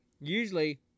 usually—